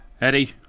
Eddie